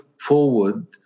forward